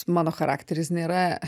mano charakteris nėra